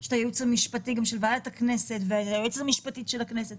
יש את הייעוץ המשפטי גם של ועדת הכנסת והיועצת המשפטית של הכנסת